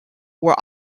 were